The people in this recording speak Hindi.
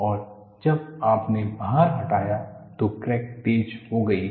और जब आपने भार हटाया तो क्रैक तेज हो गई है